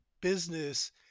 business